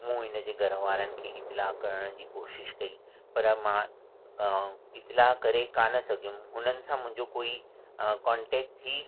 मूं हिनजे घर वारनि खे इत्तला करण जी कोशिशि कई पर मां इत्तला करे कान सघियुमि हुननि सां मुंहिंजो कोई कोन्टेक्ट थी